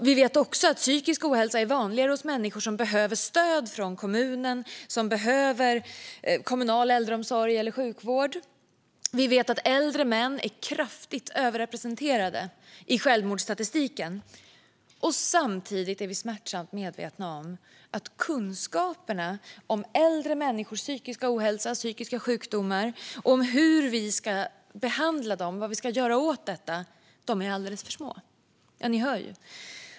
Vi vet också att psykisk ohälsa är vanligare hos människor som behöver stöd från kommunen - kommunal äldreomsorg eller sjukvård. Vi vet att äldre män är kraftigt överrepresenterade i självmordsstatistiken. Samtidigt är vi smärtsamt medvetna om att kunskaperna om äldre människors psykiska ohälsa och psykiska sjukdomar och om hur vi ska behandla dem är alldeles för små. Ni hör ju.